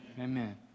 Amen